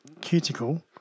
cuticle